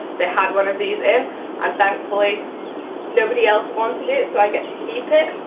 they had one of these in and thankfully nobody else wanted it, so i get to keep it.